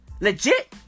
Legit